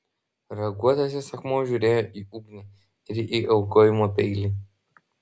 raguotasis akmuo žiūrėjo į ugnį ir į aukojimo peilį